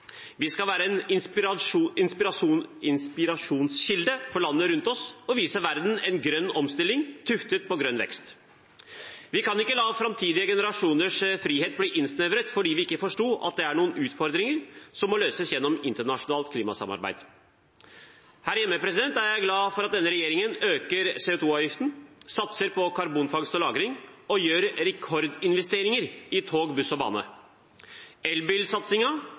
Vi skal være en inspirasjonskilde for land rundt oss og vise verden en grønn omstilling tuftet på grønn vekst. Vi kan ikke la framtidige generasjoners frihet bli innsnevret fordi vi ikke forsto at det er noen utfordringer som må løses gjennom internasjonalt klimasamarbeid. Her hjemme er jeg glad for at denne regjeringen øker CO 2 -avgiften, satser på karbonfangst og -lagring og gjør rekordinvesteringer i tog, buss og bane.